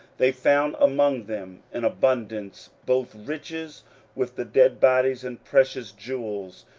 they found among them in abundance both riches with the dead bodies, and precious jewels,